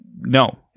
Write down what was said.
no